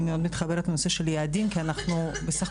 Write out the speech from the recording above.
אני מאוד מתחברת לנושא של יעדים כי אנחנו בסך